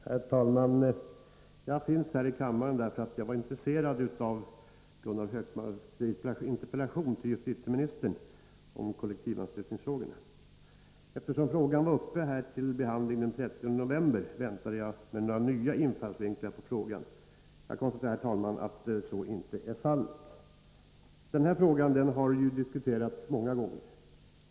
Herr talman! Jag finns här i kammaren därför att jag var intresserad av Gunnar Hökmarks interpellation till justitieministern om kollektivanslutningen. Eftersom frågan var uppe till behandling den 30 november, väntade jag mig några nya infallsvinklar. Men jag konstaterar, herr talman, att några sådana inte förekommer. Den här frågan har diskuterats många gånger.